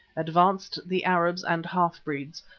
advanced the arabs and half-breeds,